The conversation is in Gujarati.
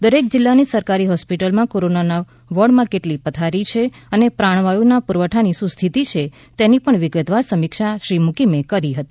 દરેક જિલ્લાની સરકારી હોસ્પિટલમાં કોરોના વોર્ડમાં કેટલી પથારી છે અને પ્રાણવાયુ ના પુરવઠા ની શું સ્થિતિ છે તેની પણ વિગતવાર સમિક્ષા શ્રી મૂકીમે કરી હતી